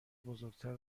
بزرگتر